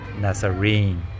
Nazarene